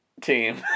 team